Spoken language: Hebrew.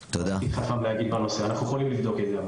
וחכם להגיד בנושא אנחנו יכולים לבדוק את זה.